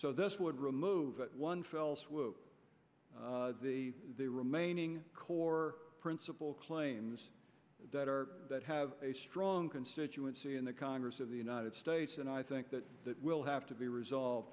so this would remove one fell swoop the the remaining core principle claims that have a strong constituency in the congress of the united states and i think that that will have to be resolved